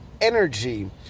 energy